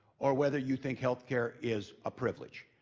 or whether you think healthcare is a privilege.